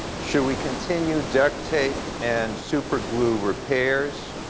should we continue duct tape and superglue repairs,